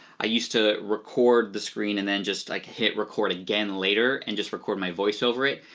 i used to record the screen and then just like hit record again later and just record my voice over it,